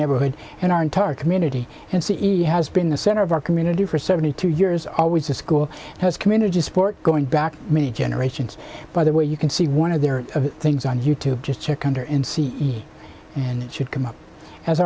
neighborhood and our entire community and c e has been the center of our community for seventy two years always the school has community support going back many generations by the way you can see one of their things on you tube just check under in c and it should come up as